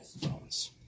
phones